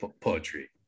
poetry